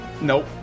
Nope